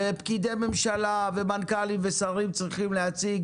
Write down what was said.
ופקידי ממשלה ומנכ"לים ושרים צריכים להציג